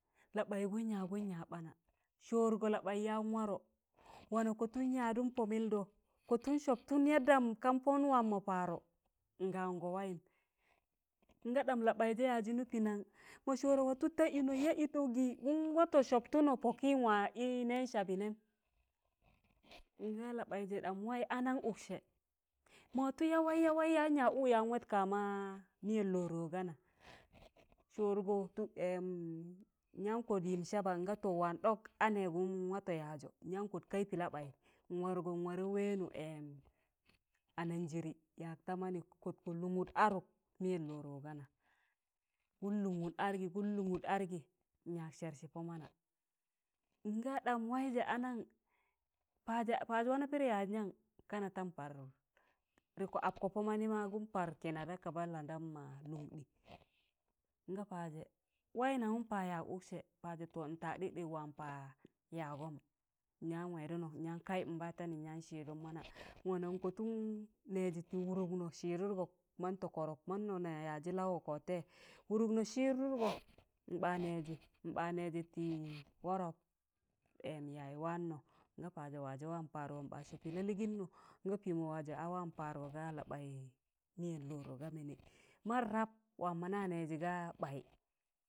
la ɓ̣aị gụn ya gụn ya ɓaana sọrgọ la ɓai yan warọ wana kọtụn yadụn pọ mịldọ kọtụn sọbtụn yaddam kan pọn wam mọ paro ngango wayịm nga ɗam labaizẹ ya zu nupi nang ma sọọrẹ watụ ta inọ ya'itọ gịị n watọ sọbtọnọ pọkịm wa ị nẹn sabị nẹm nga la baịjẹ dam waị a naṇ ụksẹ? ma watụ yawaị yawaị yan yaj ụụ yan wat kama mịyẹm lọrọ gana, sọrgọ tuk nyam kọt yịm saba nga to wam ɗọk anẹ gụm watọ yazọ nyan kọt kai̱ pị la ɓaị nwargọ nwarẹ wẹẹnụ anaṇ jirị yak ta manị kọtkọ lụngụt adụk mị yẹm lọrọ ga na kụm lụngụt adgị, kụm lụngụt adgị, nyak sẹrsị pomana nga ɗam waịjẹ anaṇ? paazẹ paj wana pịdị yaj naṇ? kana tan paar rikko apkọ pọ mani ma, nụm par kina da kaba landam ma lụgụṇḍi nga pajẹ, wai nangụm paj yak ụksẹ, paje ntak dịkɗ̣ịk waam paj yaagọm. n yan wẹdunọ n yan kaị nbatanị nyan sịdụn mana, nwana n kọtụn nẹjị tị wụrụknọ sịịdụdgọ mantọ kọrọk, man nọ na yajị lawọ kọdtẹ wụrụknọ sịdụtgọ nḅa nẹjị, nḅa nẹjị, tị wọrọp yayi waanọ nga pajẹ wajẹ waam pargo nḅa soopi laligịnnọ nga pịmọ wajẹ awaam pargo ga labai miyẹm lọrọ ga mịnị. Man rap wa mọna nejị ga baị